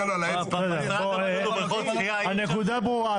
הנקודה ברורה.